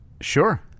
Sure